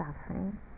suffering